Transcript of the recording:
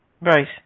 Right